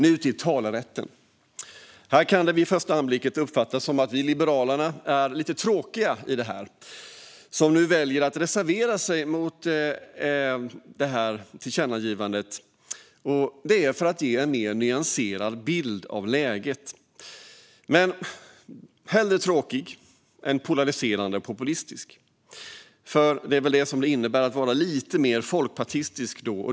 Så till talerätten. Vid första anblicken kan vi liberaler uppfattas som lite tråkiga eftersom vi väljer att reservera oss mot det föreslagna tillkännagivandet. Men vi gör det för att vi vill ge en mer nyanserad bild av läget, och vi är hellre tråkiga än polariserande eller populistiska. Det är väl det här det innebär att vara lite mer folkpartistisk.